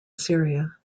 syria